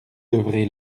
devrai